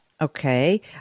Okay